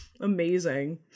Amazing